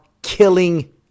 killing